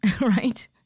right